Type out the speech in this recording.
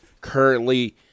currently